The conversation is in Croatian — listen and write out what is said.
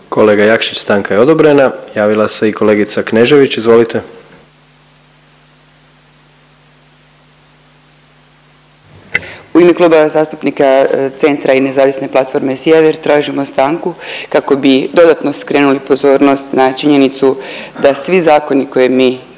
Kolega Jakšić stanka je odobrena. Javila se i kolegica Knežević, izvolite. **Knežević, Viktorija (Centar)** U ime Kluba zastupnika Centra i Nezavisne platforme Sjever tražimo stanku kako bi dodatno skrenuli pozornost na činjenicu da svi zakoni koje mi